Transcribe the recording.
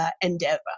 endeavor